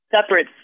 separate